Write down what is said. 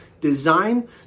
design